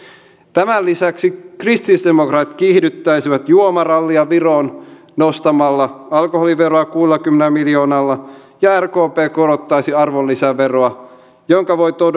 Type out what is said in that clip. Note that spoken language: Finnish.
tämän lisäksi kristillisdemokraatit kiihdyttäisivät juomarallia viroon nostamalla alkoholiveroa kuudellakymmenellä miljoonalla ja rkp korottaisi arvonlisäveroa mihinkä voi